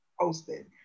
posted